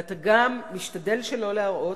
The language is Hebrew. ואתה גם משתדל שלא להראות,